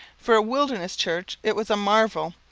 for a wilderness church it was a marvel.